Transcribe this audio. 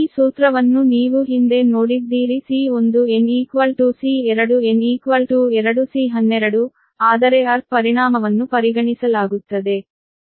ಈ ಸೂತ್ರವನ್ನು ನೀವು ಹಿಂದೆ ನೋಡಿದ್ದೀರಿ C1n C2n 2 C12 ಆದರೆ ಅರ್ಥ್ ಪರಿಣಾಮವನ್ನು ಪರಿಗಣಿಸಲಾಗುತ್ತದೆ